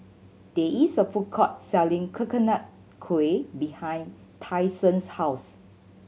there is a food court selling Coconut Kuih behind Tyson's house